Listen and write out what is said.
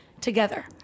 together